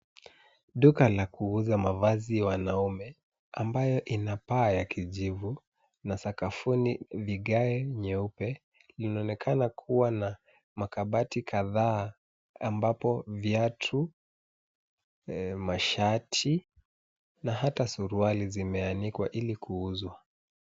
Duka la kuuza mavazi ya wanaume ambayo ina paa ya kijivu na sakafuni vigae nyeupe. Linaonekana kuwa na makabati kadhaa ambapo viatu, mashati, na hata suruali zimeanikwa ili kuuzwa.